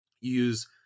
use